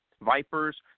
Vipers